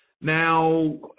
Now